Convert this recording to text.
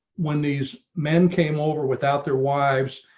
when these men came over, without their wives